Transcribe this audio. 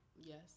Yes